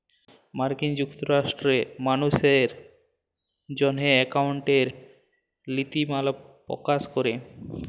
মার্কিল যুক্তরাষ্ট্রে মালুসের জ্যনহে একাউল্টিংয়ের লিতিমালা পকাশ ক্যরে